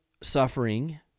suffering